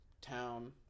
town